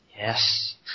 Yes